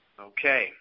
Okay